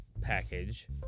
package